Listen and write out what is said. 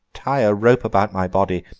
tie a rope about my body,